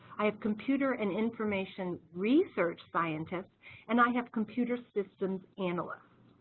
i have computer and information research scientists and i have computer systems analyst,